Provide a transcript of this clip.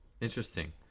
Interesting